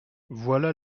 voilà